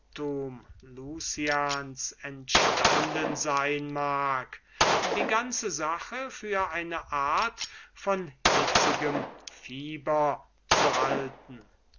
entstanden sein mag die ganze sache für eine art von hitzigem fieber zu halten